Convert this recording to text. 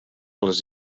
les